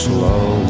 Slow